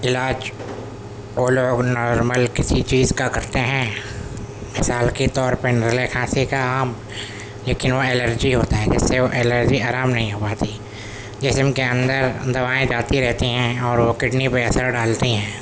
علاج وہ لوگ نارمل کسی چیز کا کرتے ہیں مثال کے طور پہ نزلہ کھانسی کا عام لیکن وہ الرجی ہوتا ہے جس سے وہ الرجی آرام نہیں ہو پاتی جسم کے اندر دوائیں جاتی رہتی ہیں اور وہ کڈنی پہ اثر ڈالتی ہیں